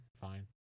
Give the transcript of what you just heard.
Fine